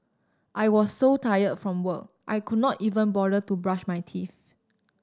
I was so tired from work I could not even bother to brush my teeth